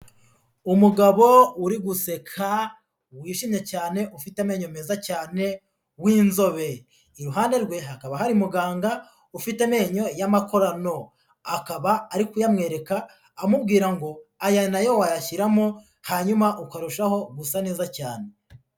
Umugabo uri guseka wishimye cyane ufite amenyo meza cyane w'inzobe. Iruhande rwe hakaba hari muganga ufite amenyo y'amakorano, akaba ari kuyamwereka amubwira ngo aya na yo wayashyiramo, hanyuma ukarushaho gusa neza cyane.